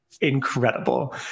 incredible